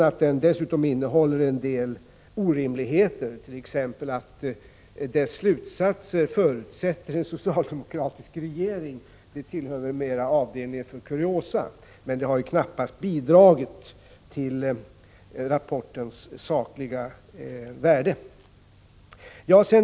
Att den dessutom innehåller en del orimligheter, t.ex. att dess slutsatser förutsätter en socialdemokratisk regering, tillhör väl avdelningen för kuriosa, och det har knappast bidragit till att öka rapportens sakliga värde.